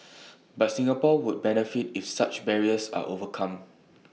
but Singapore would benefit if such barriers are overcome